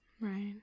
right